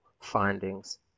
findings